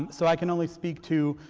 um so i can only speak to,